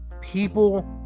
people